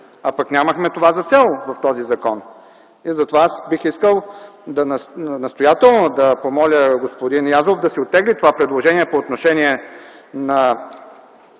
а пък нямахме това за цел в този закон. Затова бих искал настоятелно да помоля господин Язов да си оттегли това предложение по отношение на